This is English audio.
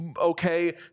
Okay